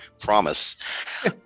Promise